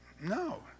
no